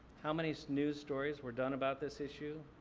how many so news stories were done about this issue?